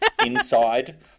inside